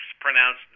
pronounced